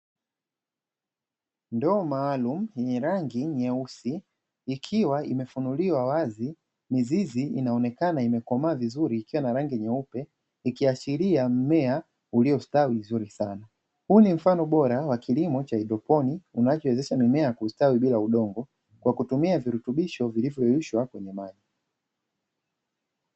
Ndoo maalumu yenye rangi nyeusi ikiwa imefunguliwa maalumu iko wazi, mizizi inaonekana ikiwa imekomaa vizuri wa ranig nyeupe ikiashiria mmea uliostawi vizuri sana, huu ni mfano boraa wa kilimo cha haidroponi unaowezesha mimea kustawi bila udongo, kwa kutumia virutubisho vilivyoyeyushwa kwenye maji.